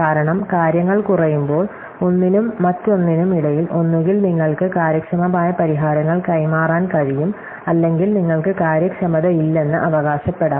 കാരണം കാര്യങ്ങൾ കുറയുമ്പോൾ ഒന്നിനും മറ്റൊന്നിനും ഇടയിൽ ഒന്നുകിൽ നിങ്ങൾക്ക് കാര്യക്ഷമമായ പരിഹാരങ്ങൾ കൈമാറാൻ കഴിയും അല്ലെങ്കിൽ നിങ്ങൾക്ക് കാര്യക്ഷമതയില്ലെന്ന് അവകാശപ്പെടാം